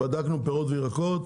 בדקנו פירות וירקות,